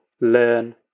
learn